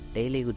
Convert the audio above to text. Daily